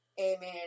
amen